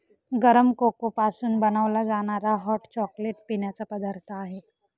गरम कोको पासून बनवला जाणारा हॉट चॉकलेट पिण्याचा पदार्थ आहे